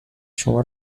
شما